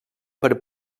per